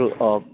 ꯑꯥ